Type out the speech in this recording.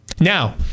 Now